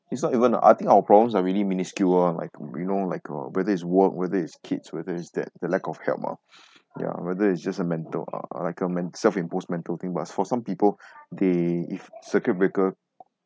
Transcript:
it's not even the I think our problems are really minuscule ah like you know like uh whether it's work whether it's kids whether it's that the lack of health ah ya whether it's just a mental uh like a men~ self imposed mental thing but for some people they if circuit breaker